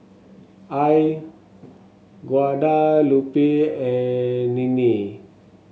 Al Guadalupe and Ninnie